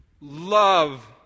love